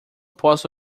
posso